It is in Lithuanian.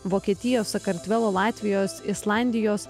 vokietijos sakartvelo latvijos islandijos